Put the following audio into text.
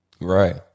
Right